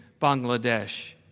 Bangladesh